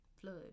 flood